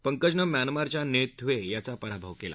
पंकजनं म्यानमारच्या नथ्विखिचा पराभव कल्ला